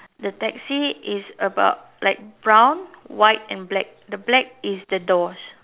the taxi is about like brown white and black the black is the doors